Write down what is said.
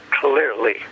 clearly